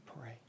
pray